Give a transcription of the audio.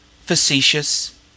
facetious